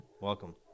welcome